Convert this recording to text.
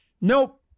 nope